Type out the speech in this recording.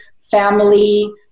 family